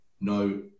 no